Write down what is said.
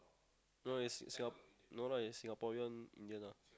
no it's Singapore no lah it's Singapore Indian lah